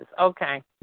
Okay